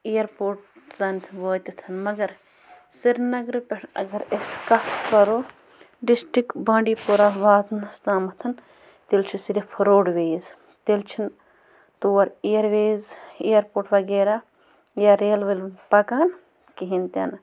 airport توٚتامَتھ وٲتِتھ مگر سرینَگرٕ پٮ۪ٹھ اگر أسۍ کَتھ کَرو ڈِسٹِرٛک بانٛڈی پورہ واتنَس تامتھ تیٚلہِ چھِ صِرف روڈ ویز تیٚلہِ چھِنہٕ تور اِیَر ویز اِیَرپوٹ وغیرہ یا ریل ویل وۄنۍ پَکان کِہیٖنۍ تہِ نہٕ